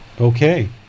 Okay